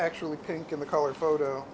actually pink in the color photo